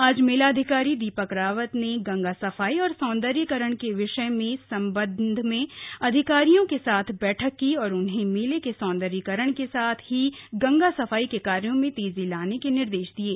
आज मेलाधिकारी दीपक रावत ने गंगा सफाई और सौंदर्यीकरण के विषय के संबंध में अधिकारियों के साथ बैठक की और उन्हें मेले के सौंदर्यीकरण के साथ ही गंगा सफाई के कार्यों में तेजी लाने के निर्देश दिये